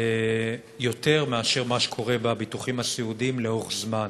יותר ממה שקורה בביטוחים הסיעודיים לאורך זמן.